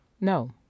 No